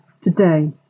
today